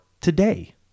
today